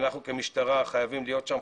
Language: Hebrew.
ואנחנו כמשטרה חייבים להיות שם,